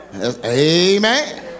Amen